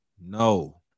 No